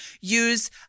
Use